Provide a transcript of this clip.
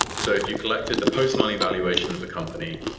so if you collected the post-money evaluation of the company,